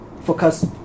focus